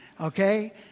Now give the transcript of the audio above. Okay